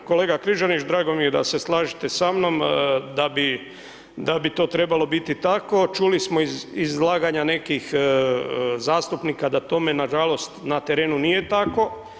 Zahvaljujem kolega Križanić, drago mi je da se slažete sa mnom da bi to trebalo biti tako, čuli smo iz izlaganja nekih zastupnika da tome na žalost na terenu nije tako.